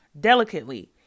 delicately